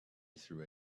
through